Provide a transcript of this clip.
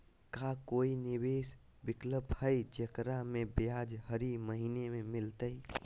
का कोई निवेस विकल्प हई, जेकरा में ब्याज हरी महीने मिलतई?